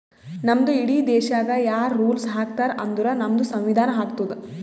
ನಮ್ದು ಇಡೀ ದೇಶಾಗ್ ಯಾರ್ ರುಲ್ಸ್ ಹಾಕತಾರ್ ಅಂದುರ್ ನಮ್ದು ಸಂವಿಧಾನ ಹಾಕ್ತುದ್